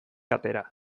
atera